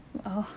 ah